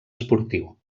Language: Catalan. esportiu